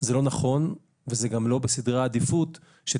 זה לא נכון וזה גם לא בסדרי העדיפות של